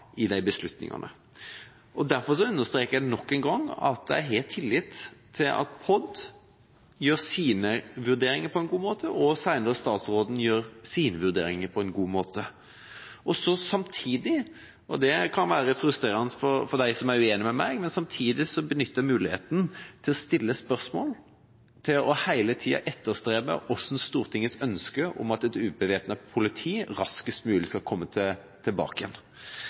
Derfor understreker jeg nok en gang at jeg har tillit til at POD gjør sine vurderinger på en god måte, og at statsråden seinere gjør sine vurderinger på en god måte. Samtidig, og det kan være frustrerende for dem som er uenig med meg, benytter jeg muligheten til å stille spørsmål og til hele tiden å etterstrebe hvordan Stortingets ønske om et ubevæpnet politi raskest mulig skal kunne bli situasjonen igjen.